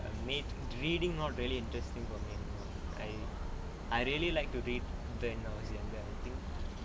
err made reading not really interesting for me anymore I really like to read when I was younger I think